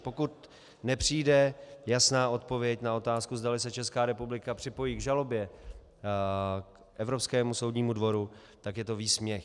Pokud nepřijde jasná odpověď na otázku, zdali se Česká republika připojí k žalobě k Evropskému soudnímu dvoru, tak je to výsměch.